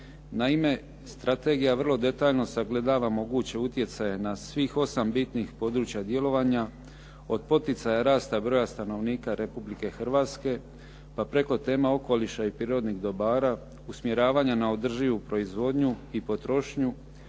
Naime, strategija vrlo detaljno sagledava moguće utjecaje na svih 8 bitnih područja djelovanja od poticaja rasta broja stanovnika Republike Hrvatske pa preko tema okoliša i prirodnih dobara, usmjeravanja na održivu proizvodnju i potrošnju,